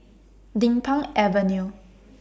Din Pang Avenue